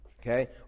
Okay